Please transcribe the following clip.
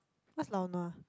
what's lao-nua